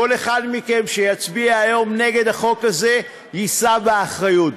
כל אחד מכם שיצביע היום נגד החוק הזה יישא באחריות.